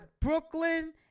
Brooklyn